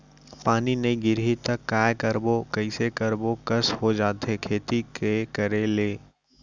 पानी नई गिरही त काय करबो, कइसे करबो कस हो जाथे खेती के करे ले